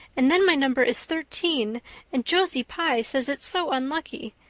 and then my number is thirteen and josie pye says it's so unlucky.